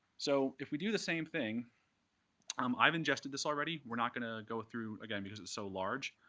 so if we do the same thing um i've ingested this already. we're not going to go through, again, because it's so large.